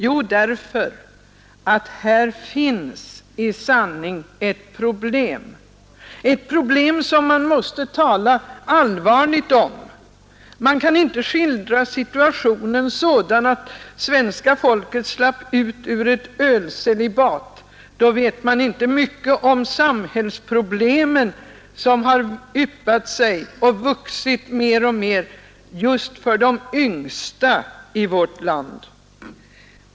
Jo, därför att här finns i sanning ett problem som man måste tala allvarligt om. Man kan inte skildra situationen så att svenska folket slapp ut ur ett ”ölcelibat” — då vet man inte mycket om de samhällsproblem som har yppat sig och vuxit mer och mer just för de yngsta i vårt land.